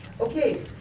Okay